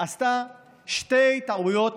עשתה שתי טעויות